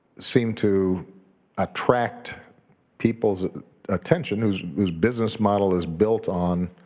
seem to attract people's attention, whose whose business model is built on